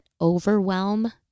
overwhelm